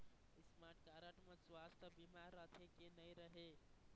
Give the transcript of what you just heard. Smart card म सुवास्थ बीमा रथे की नई रहे?